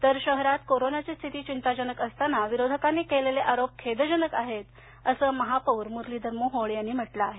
तर शहरात कोरोनाची स्थिती चिंताजनक असताना विरोधकांनी केलेले आरोप खेदजनक आहेत असं महापौर मुरलीधर मोहोळ यांनी म्हटले आहे